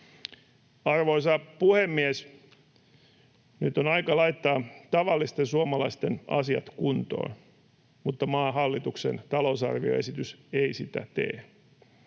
Arvoisa puhemies! Nyt on aika laittaa tavallisten suomalaisten asiat kuntoon, mutta maan hallituksen talousarvioesitys ei sitä tee.